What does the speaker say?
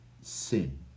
sin